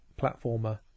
platformer